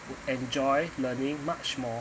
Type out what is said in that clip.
would enjoy learning much more